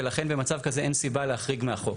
ולכן במצב כזה אין סיבה להחריג מהחוק.